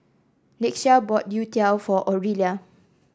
Lakeshia bought youtiao for Orelia